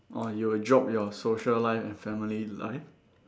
orh you will drop your social life and family life